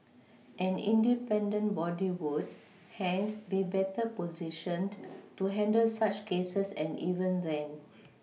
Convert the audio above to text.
an independent body would hence be better positioned to handle such cases and even then